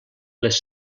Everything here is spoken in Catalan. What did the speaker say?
les